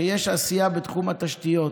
שיש עשייה בתחום התשתיות.